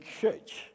church